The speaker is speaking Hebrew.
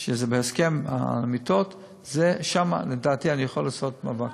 זה בהסכם המיטות, שם לדעתי אני יכול לעשות מאבק.